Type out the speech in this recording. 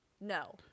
no